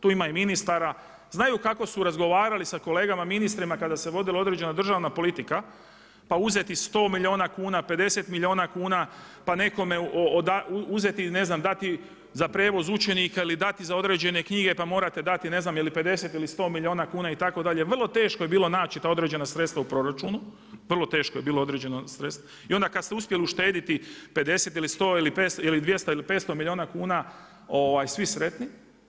Tu ima ministara, znaju kako su razgovarali sa kolegama ministrima kada se vodila određena državna politika pa uzeti 100 milijuna kuna, 50 milijuna kuna pa nekome uzeti dati za prijevoz učenika ili dati za određene knjige pa morate dati ne znam jeli 50 ili 100milijuna kuna itd. vrlo teško je bilo naći ta određena sredstva u proračunu, vrlo teško je bilo I onda kada ste uspjeli uštedjeti 50 ili 100 ili 200 ili 500 milijuna kuna, svi sretni.